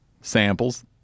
samples